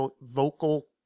vocal